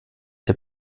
der